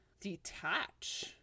detach